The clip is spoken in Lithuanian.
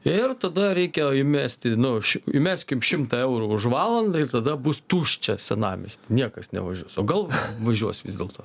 ir tada reikia įmesti nu š įmeskim šimtą eurų už valandą ir tada bus tuščia senamiesty niekas nevažiuos o gal važiuos vis dėlto